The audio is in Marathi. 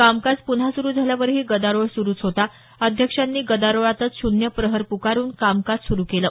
कामकाज पुन्हा सुरु झाल्यावरही गदारोळ सुरूच होता अध्यक्षांनी गदारोळातच शून्य प्रहर प्रकारून कामकाज सुरु केलं